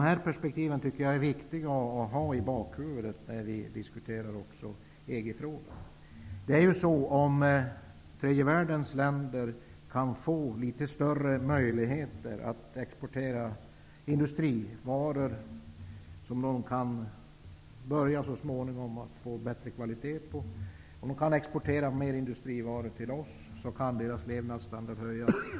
Jag tycker att det är viktigt att ha de här perspektiven i bakhuvudet också när vi diskuterar Om tredje världens länder får litet större möjligheter att exportera industrivaror som så småningom blir av litet bättre kvalitet och om de kan exportera mer av industrivaror till oss, kan levnadsstandarden i nämnda länder höjas.